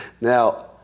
Now